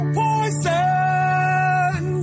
poison